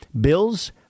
Bills